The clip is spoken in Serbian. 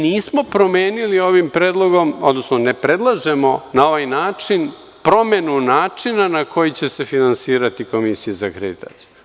Nismo promenili ovim predlogom, odnosno ne predlažemo na ovaj način promenu načina na koji će se finansirati Komisija za akreditaciju.